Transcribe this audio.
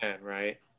right